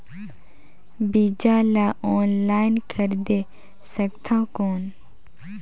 बीजा ला ऑनलाइन खरीदे सकथव कौन?